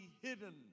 hidden